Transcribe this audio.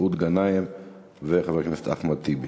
מסעוד גנאים ואחמד טיבי.